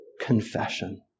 confession